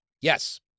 Yes